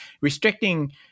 restricting